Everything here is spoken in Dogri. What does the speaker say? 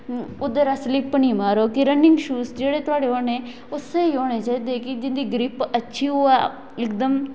उदर ओह् स्लिप नी मारोग कि रनिंग शूज़ जेह्दे तुंदे होने ओह् सेही होने चाहिदे जिंदी ग्रिप अच्छी होऐ इकदम